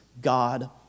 God